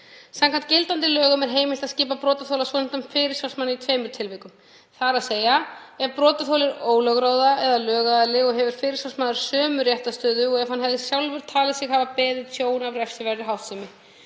Samkvæmt gildandi lögum er heimilt að skipa brotaþola svonefndan fyrirsvarsmann í tveimur tilvikum, þ.e. ef brotaþoli er ólögráða eða lögaðili, og hefur fyrirsvarsmaður sömu réttarstöðu og ef hann hefði sjálfur talið sig hafa beðið tjón af refsiverðri háttsemi.